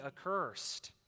accursed